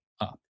up